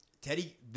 Teddy